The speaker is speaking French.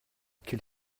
quel